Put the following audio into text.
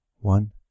One